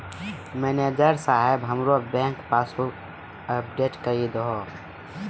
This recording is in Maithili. मनैजर साहेब हमरो बैंक पासबुक अपडेट करि दहो